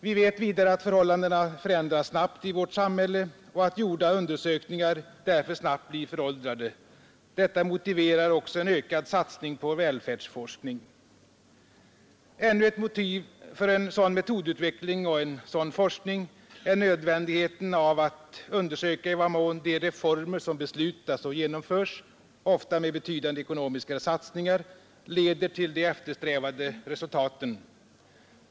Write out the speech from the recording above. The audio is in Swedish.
Vi vet vidare att förhållandena förändras snabbt i vårt samhälle och att gjorda undersökningar därför snabbt blir föråldrade. Detta motiverar också en ökad satsning på välfärdsforskning. Ännu ett motiv för en sådan metodutveckling och en sådan forskning är nödvändigheten av att undersöka i vad mån de reformer som beslutas och genomförs — ofta med betydande ekonomiska satsningar — leder till de eftersträvade resultaten.